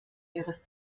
ihres